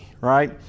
right